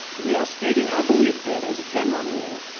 we are stating our belief that as a general rule,